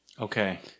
Okay